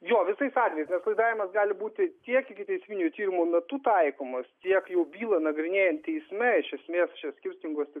jo visais atvejais nes laidavimas gali būti tiek ikiteisminio tyrimo metu taikomas tiek jau bylą nagrinėjant teisme iš esmės čia skirtingos tik